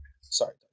sorry